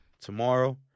tomorrow